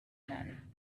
none